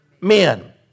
men